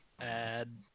add